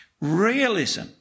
Realism